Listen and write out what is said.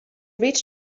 reached